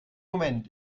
moment